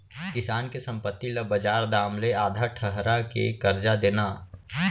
किसान के संपत्ति ल बजार दाम ले आधा ठहरा के करजा देना